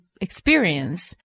experience